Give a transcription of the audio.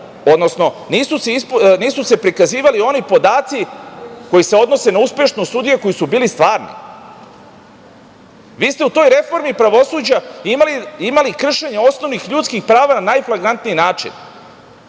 Nisu se prikazivali oni podaci koji se odnose na uspešnost sudija koji su bili stvarni. Vi ste u toj reformi pravosuđa imali kršenje osnovnih ljudskih prava na najflagrantniji način